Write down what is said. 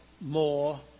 more